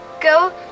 go